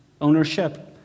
ownership